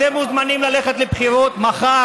אתם מוזמנים ללכת לבחירות מחר,